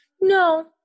no